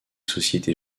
sociétés